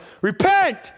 repent